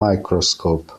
microscope